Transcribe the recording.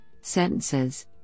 sentences